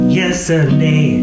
yesterday